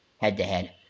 head-to-head